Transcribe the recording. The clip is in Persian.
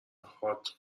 هات